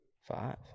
Five